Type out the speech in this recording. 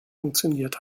funktioniert